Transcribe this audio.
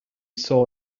saw